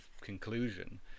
conclusion